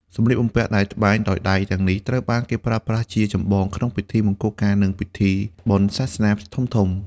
សម្លៀកបំពាក់ដែលត្បាញដោយដៃទាំងនេះ ត្រូវបានគេប្រើប្រាស់ជាចម្បងក្នុងពិធីមង្គលការ និងពិធីបុណ្យសាសនាធំៗ។